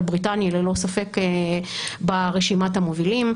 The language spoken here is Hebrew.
אבל בריטניה היא ללא ספק ברשימת המובילים.